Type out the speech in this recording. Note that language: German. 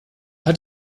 hat